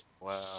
Wow